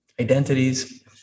identities